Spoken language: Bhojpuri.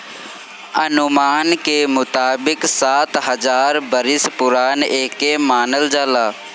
अनुमान के मुताबिक सात हजार बरिस पुरान एके मानल जाला